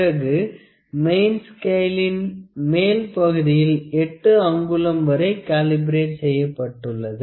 பிறகு மெயின் ஸ்கேளின் மேல் பகுதியில் 8 அங்குலம் வரை காலிபரேட் செய்யப்பட்டுள்ளது